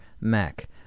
Mac